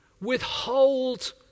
withhold